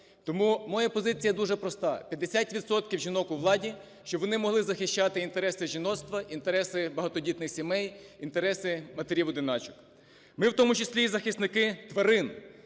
Тому моя позиція дуже проста – 50 відсотків жінок у владі, щоб вони могли захищати інтереси жіноцтва, інтереси багатодітних сімей, інтереси матерів-одиначок. Ми в тому числі і захисники тварин.